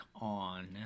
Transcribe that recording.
on